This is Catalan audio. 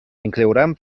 inclouran